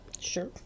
Sure